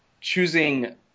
choosing